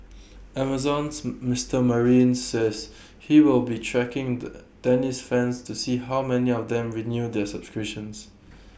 Amazon's Mister marine says he will be tracking the tennis fans to see how many of them renew their subscriptions